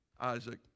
Isaac